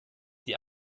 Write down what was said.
die